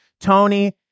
Tony